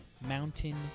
Mountain